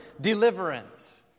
deliverance